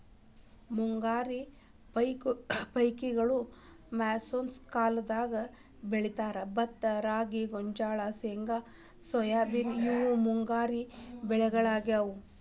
ಮುಂಗಾರಿ ಪೇಕಗೋಳ್ನ ಮಾನ್ಸೂನ್ ಕಾಲದಾಗ ಬೆಳೇತಾರ, ಭತ್ತ ರಾಗಿ, ಗೋಂಜಾಳ, ಶೇಂಗಾ ಸೋಯಾಬೇನ್ ಇವು ಮುಂಗಾರಿ ಬೆಳಿಗೊಳಾಗ್ಯಾವು